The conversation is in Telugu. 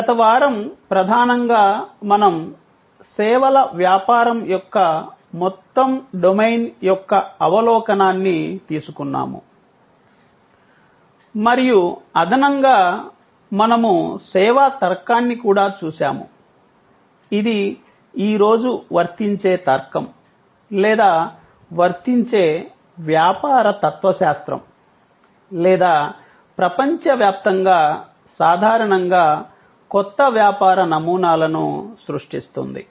గత వారం ప్రధానంగా మనము సేవల వ్యాపారం యొక్క మొత్తం డొమైన్ యొక్క అవలోకనాన్ని తీసుకున్నాము మరియు అదనంగా మనము సేవా తర్కాన్ని కూడా చూశాము ఇది ఈ రోజు వర్తించే తర్కం లేదా వర్తించే వ్యాపార తత్వశాస్త్రం లేదా ప్రపంచవ్యాప్తంగా సాధారణంగా కొత్త వ్యాపార నమూనాలను సృష్టిస్తుంది